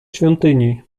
świątyni